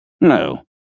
No